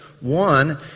One